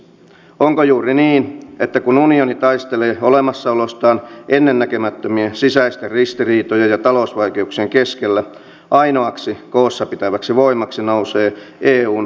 onko juuri niin että kun unioni taistelee olemassaolostaan ennennäkemättömien sisäisten ristiriitojen ja talousvaikeuksien keskellä ainoaksi koossapitäväksi voimaksi nousee eun puolustusyhteistyön tiivistäminen